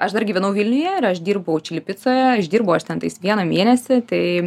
aš dar gyvenau vilniuje ir aš dirbau čilėje picoje išdirbau aš ten tais vieną mėnesį tai